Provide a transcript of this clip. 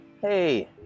hey